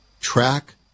track